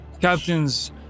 Captains